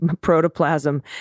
protoplasm